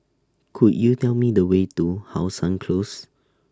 Could YOU Tell Me The Way to How Sun Close